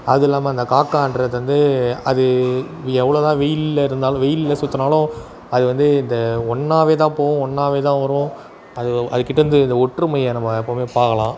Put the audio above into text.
அதில்லாம இந்த காக்காகிறது வந்து அது எவ்வளோ தான் வெயிலில் இருந்தாலும் வெயிலில் சுற்றினாலும் அது வந்து இந்த ஒன்றாவே தான் போகும் ஒன்றாவே தான் வரும் அது அது கிட்டேயிருந்து இந்த ஒற்றுமையை நம்ம எப்பவுமே பார்க்கலாம்